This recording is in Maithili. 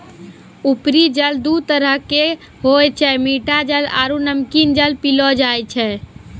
उपरी जल दू तरह केरो होय छै मीठा जल आरु नमकीन जल पैलो जाय छै